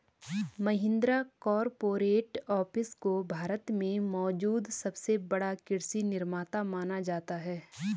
Mahindra corporate office को भारत में मौजूद सबसे बड़ा कृषि निर्माता माना जाता है